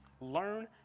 Learn